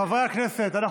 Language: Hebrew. תודה רבה, חבר הכנסת מולא.